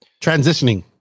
Transitioning